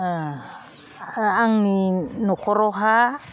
आंनि न'खरावहाय